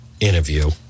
interview